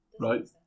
right